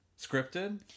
Scripted